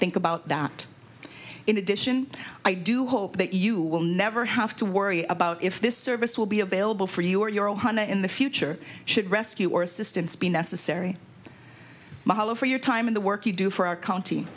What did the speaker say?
award think about that in addition i do hope that you will never have to worry about if this service will be available for you or your own one in the future should rescue or assistance be necessary mahalo for your time in the work you do for our county